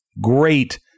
great